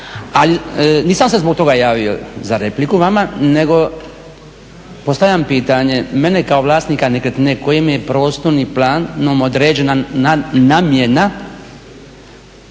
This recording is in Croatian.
Ali nisam se zbog toga javio za repliku vama nego postavljam pitanje, mene kao vlasnika nekretnine kojim mi je prostornim planom određena namjena?